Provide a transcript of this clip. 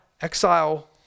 exile